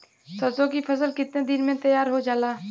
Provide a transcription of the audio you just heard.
सरसों की फसल कितने दिन में तैयार हो जाला?